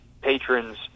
patrons